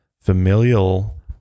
familial